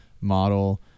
model